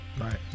right